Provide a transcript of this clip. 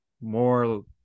more